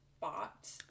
bought